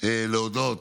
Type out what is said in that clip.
להודות